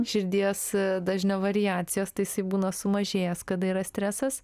širdies dažnio variacijos tai jisai būna sumažėjęs kada yra stresas